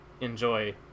enjoy